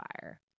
fire